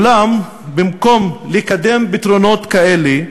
ואולם, במקום לקדם פתרונות כאלה,